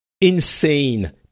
insane